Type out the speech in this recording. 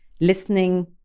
listening